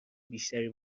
بیشتری